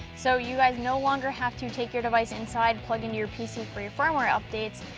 so you guys no longer have to take your device inside, plug into your pc for your firmware updates.